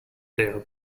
there